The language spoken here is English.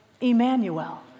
Emmanuel